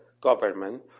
government